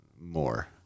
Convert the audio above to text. more